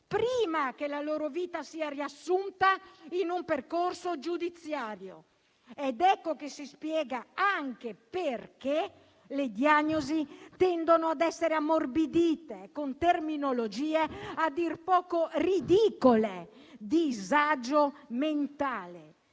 prima che la loro vita sia riassunta in un percorso giudiziario. Ed ecco che si spiega anche perché le diagnosi tendono a essere ammorbidite con terminologie a dir poco ridicole: disagio mentale.